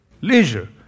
Leisure